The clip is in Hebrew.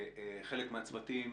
חלק מהצוותים